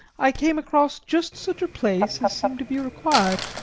i came across just such a place as seemed to be required,